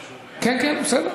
כן, כן, בסדר.